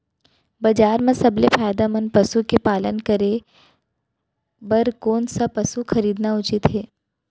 बजार म सबसे फायदामंद पसु के पालन करे बर कोन स पसु खरीदना उचित हे?